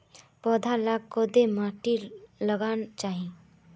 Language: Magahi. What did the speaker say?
पौधा लाक कोद माटित लगाना चही?